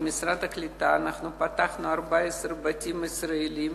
במשרד הקליטה אנחנו פתחנו 14 "בתים ישראליים",